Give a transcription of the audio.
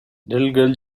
girl